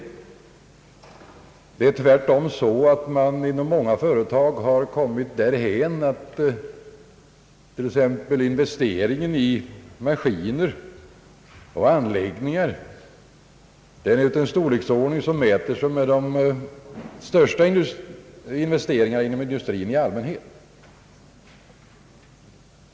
Det är tvärt om så att man inom många företag har kommit därhän att t.ex. investeringen i maskiner och anläggningar är av en storleksordning som mäter sig med de största investeringarna inom industrin i allmänhet.